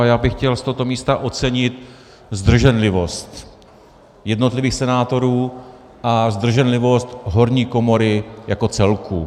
A já bych chtěl z tohoto místa ocenit zdrženlivost jednotlivých senátorů a zdrženlivost horní komory jako celku.